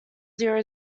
zero